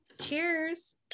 cheers